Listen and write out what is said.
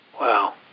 Wow